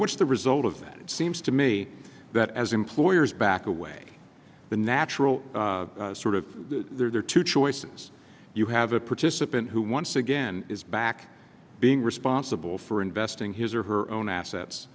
what's the result of that it seems to me that as employers back away the natural sort of there are two choices you have a participant who once again is back being responsible for investing his or her own